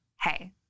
hey